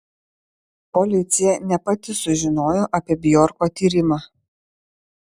policija ne pati sužinojo apie bjorko tyrimą